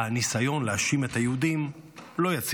הניסיון להאשים את היהודים לא יציל אותה.